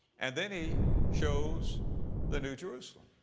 and then he shows the new jerusalem.